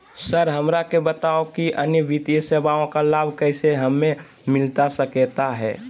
Sir हमरा के बताओ कि अन्य वित्तीय सेवाओं का लाभ कैसे हमें मिलता सकता है?